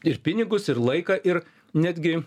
ir pinigus ir laiką ir netgi